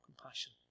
compassion